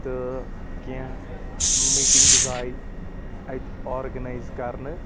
تہٕ کیٚنٛہہ میٹنگٕس آیہِ اَتہِ آرگٕنایز کَرنہٕ